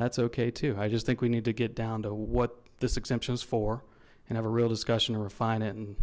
that's okay to i just think we need to get down to what this exemptions for and have a real discussion to refine it and